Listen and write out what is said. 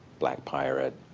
black pirate,